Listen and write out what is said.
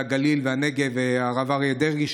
הגליל והנגב הרב אריה דרעי,